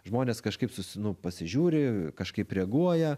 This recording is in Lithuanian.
žmonės kažkaip susi nu pasižiūri kažkaip reaguoja